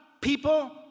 people